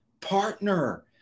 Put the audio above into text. Partner